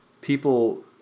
People